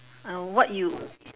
uh what you